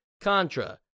Contra